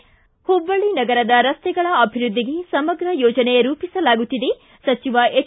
ಿ ಹುಬ್ಬಳ್ಳಿ ನಗರದ ರಸ್ತೆಗಳ ಅಭಿವೃದ್ಧಿಗೆ ಸಮಗ್ರ ಯೋಜನೆಗೆ ರೂಪಿಸಲಾಗುತ್ತಿದೆ ಸಚಿವ ಹೆಚ್